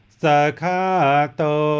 sakato